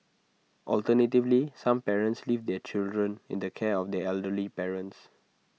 alternatively some parents leave their children in the care of their elderly parents